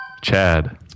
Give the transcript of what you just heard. Chad